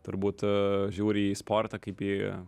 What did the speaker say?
turbūt žiūri į sportą kaip į